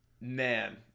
man